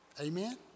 Amen